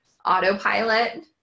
autopilot